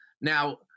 Now